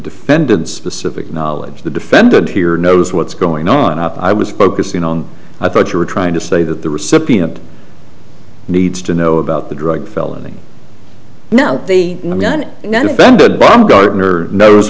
defendant specific knowledge the defendant here knows what's going on up i was focusing on i thought you were trying to say that the recipient needs to know about the drug felony know the gun not offended baumgartner knows